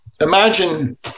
Imagine